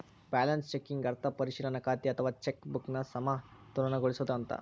balance checking ಅರ್ಥ ಪರಿಶೇಲನಾ ಖಾತೆ ಅಥವಾ ಚೆಕ್ ಬುಕ್ನ ಸಮತೋಲನಗೊಳಿಸೋದು ಅಂತ